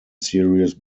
serious